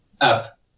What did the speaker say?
up